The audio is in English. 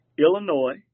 Illinois